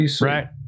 Right